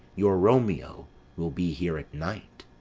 your romeo will be here at night.